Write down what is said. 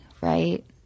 right